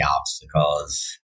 obstacles